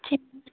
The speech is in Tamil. சரி